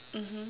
mmhmm